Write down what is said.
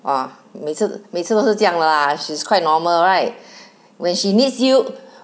哇每次每次都是这样的啦 she's quite normal [right] when she needs you